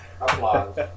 Applause